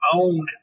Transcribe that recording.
own